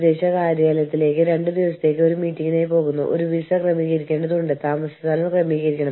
വാണിജ്യ നയതന്ത്രത്തിലെ മറ്റൊരു പ്രശ്നമാണ് കോർപ്പറേറ്റ് പെരുമാറ്റം